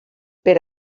per